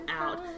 out